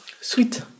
sweet